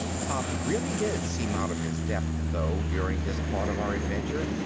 pop really did seem out of his depth though during this part of our adventure,